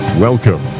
Welcome